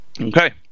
Okay